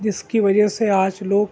جس کی وجہ سے آج لوگ